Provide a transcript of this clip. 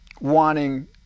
wanting